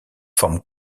forme